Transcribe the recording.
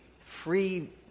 free